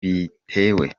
bitewe